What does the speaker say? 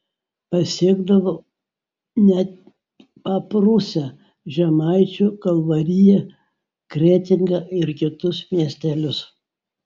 pasiekdavo net paprūsę žemaičių kalvariją kretingą ir kitus miestelius